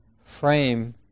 frame